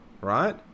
right